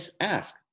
ask